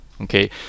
okay